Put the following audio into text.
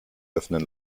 öffnen